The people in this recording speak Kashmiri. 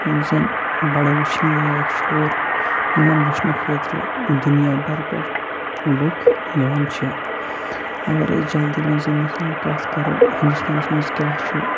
یِم زَن بَڑٕ وٕچھِنۍ لایق چھِ اورٕ یِمَن وٕچھنہٕ خٲطرٕ دُنیا بَر پٮ۪ٹھ لُکھ یِوان چھِ اگر أسۍ جلدی منٛزٕے مِثال کَتھ کَرو ہِنٛدوستانَس منٛز کیٛاہ چھُ